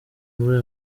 muri